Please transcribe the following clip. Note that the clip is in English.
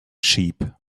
sheep